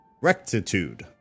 rectitude